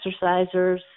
exercisers